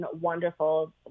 wonderful